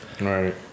right